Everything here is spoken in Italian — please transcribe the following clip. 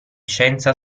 scienza